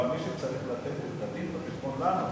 אבל מי שצריך לתת את הדין-וחשבון לנו,